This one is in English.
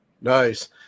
Nice